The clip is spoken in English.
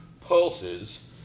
pulses